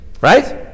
Right